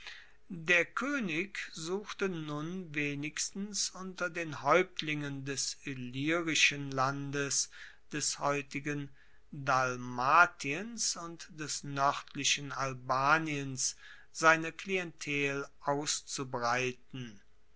der koenig suchte nun wenigstens unter den haeuptlingen des illyrischen landes des heutigen dalmatiens und des noerdlichen albaniens seine klientel auszubreiten